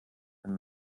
von